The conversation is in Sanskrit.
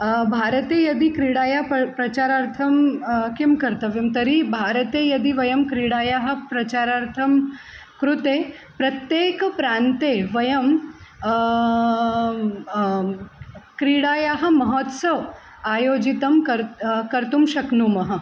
भारते यदि क्रीडायाः परं प्रचारार्थं किं कर्तव्यं तर्हि भारते यदि वयं क्रीडायाः प्रचारार्थं कृते प्रत्येके प्रान्ते वयं क्रीडायाः महोत्सवः आयोजितं कर्तुं कर्तुं शक्नुमः